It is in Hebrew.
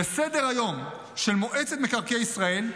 בסדר-היום של מועצת מקרקעי ישראל,